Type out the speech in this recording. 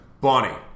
Bonnie